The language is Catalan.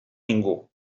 ningú